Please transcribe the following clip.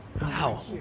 Wow